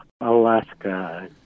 Alaska